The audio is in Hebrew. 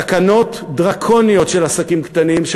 תקנות דרקוניות לעסקים קטנים,